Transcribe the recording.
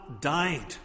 died